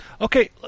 Okay